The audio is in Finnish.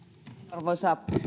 arvoisa